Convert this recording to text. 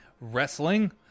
Wrestling